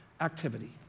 activity